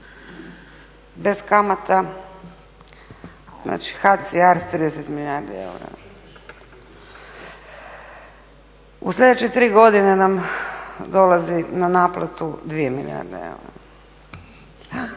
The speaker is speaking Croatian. bez kamata. Znači HAC i ARC 30 milijardi eura. U sljedeće tri godine nam dolazi na naplatu 2 milijarde eura.